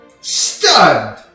Stunned